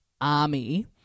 army